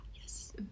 yes